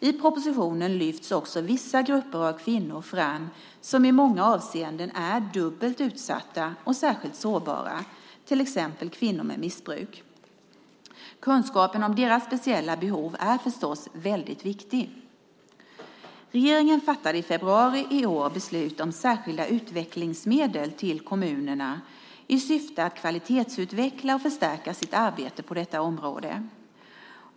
I propositionen lyfts också vissa grupper av kvinnor fram som i många avseenden är dubbelt utsatta och särskilt sårbara, till exempel kvinnor med missbruk. Kunskapen om deras speciella behov är förstås mycket viktig. Regeringen fattade i februari i år beslut om särskilda utvecklingsmedel till kommunerna i syfte att kvalitetsutveckla och förstärka arbetet på detta område.